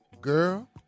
girl